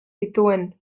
zituen